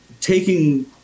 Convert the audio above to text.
taking